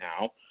now